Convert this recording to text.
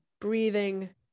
breathing